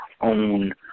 own